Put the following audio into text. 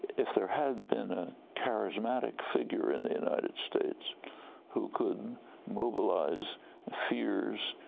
if there had been a charismatic figure in the united states who could mobilize fears,